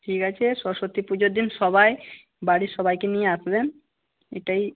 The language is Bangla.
ঠিক আছে সরস্বতী পুজোর দিন সবাই বাড়ির সবাইকে নিয়ে আসবেন এটাই